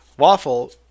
Waffle